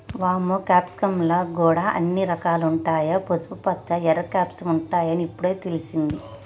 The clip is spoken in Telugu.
వామ్మో క్యాప్సికమ్ ల గూడా ఇన్ని రకాలుంటాయా, పసుపుపచ్చ, ఎర్ర క్యాప్సికమ్ ఉంటాయని ఇప్పుడే తెలిసింది